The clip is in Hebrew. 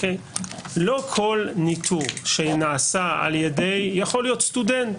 לא כל ניטור שנעשה על ידי יכול להיות סטודנט,